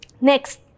Next